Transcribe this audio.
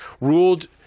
ruled